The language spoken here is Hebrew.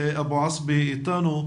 שאתה אתנו,